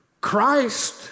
Christ